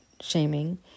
shaming